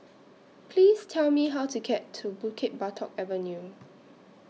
Please Tell Me How to get to Bukit Batok Avenue